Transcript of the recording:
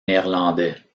néerlandais